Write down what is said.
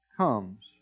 Comes